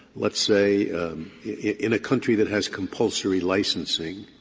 let's say in a country that has compulsory licensing,